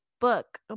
book